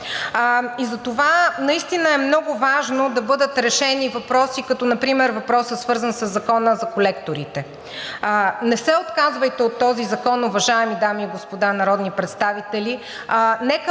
и затова наистина е много важно да бъдат решени въпроси като например въпросът, свързан със Закона за колекторите. Не се отказвайте от този закон, уважаеми дами и господа народни представители, нека